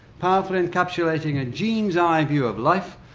powerfully encapsulating a gene's-eye view of life,